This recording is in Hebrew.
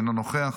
אינו נוכח.